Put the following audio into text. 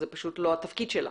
זה פשוט לא התפקיד שלה.